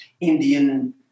Indian